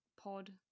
pod